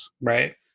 Right